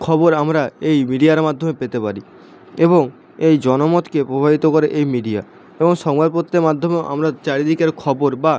খবর আমরা এই মিডিয়ার মাধ্যমে পেতে পারি এবং এই জনমতকে প্রভাবিত করে এই মিডিয়া এবং সংবাদপত্রেরর মাধ্যমেও আমরা চারিদিকের খবর বা